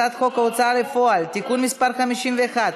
הצעת חוק ההוצאה לפועל (תיקון מס' 51)